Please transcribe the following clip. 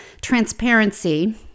transparency